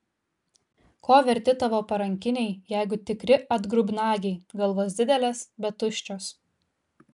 ko verti tavo parankiniai jeigu tikri atgrubnagiai galvos didelės bet tuščios